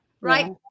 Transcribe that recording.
right